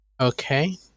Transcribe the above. Okay